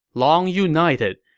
long united,